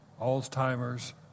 Alzheimer's